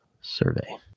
survey